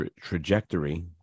trajectory